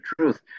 truth